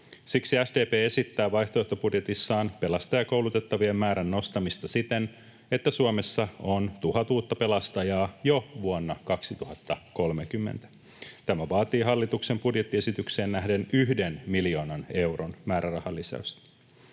Siksi SDP esittää vaihtoehtobudjetissaan pelastajakoulutettavien määrän nostamista siten, että Suomessa on 1 000 uutta pelastajaa jo vuonna 2030. Tämä vaatii hallituksen budjettiesitykseen nähden yhden miljoonan euron määrärahalisäystä.